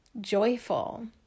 joyful